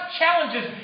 challenges